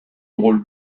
rôle